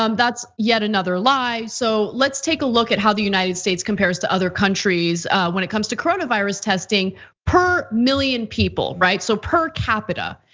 um that's yet another lie. so let's take a look at how the united states compares to other countries when it comes to coronavirus testing per million people, right? so per capita,